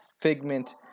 figment